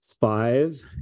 five